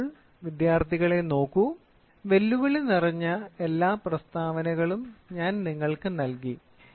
ഇപ്പോൾ വിദ്യാർത്ഥികളെ നോക്കൂ വെല്ലുവിളി നിറഞ്ഞ എല്ലാ പ്രസ്താവനകളും ഞാൻ നിങ്ങൾക്ക് നൽകി